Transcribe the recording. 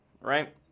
right